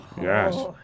Yes